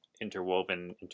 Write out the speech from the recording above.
interwoven